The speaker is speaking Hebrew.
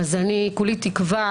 כולי תקווה